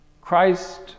Christ